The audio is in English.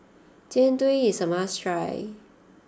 Jian Dui is a must try